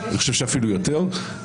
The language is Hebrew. אני חושב שאפילו יותר,